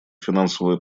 финансовую